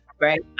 right